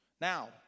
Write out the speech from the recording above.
Now